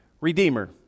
redeemer